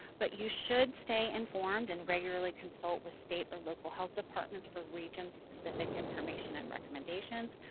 but you should stay informed and regularly consult with state or local health departments for region-specific information and recommendations.